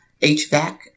HVAC